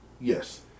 Yes